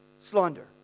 slander